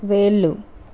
వేళ్ళు